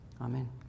Amen